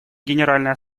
генеральной